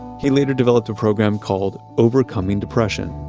he later developed a program called overcoming depression